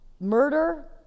murder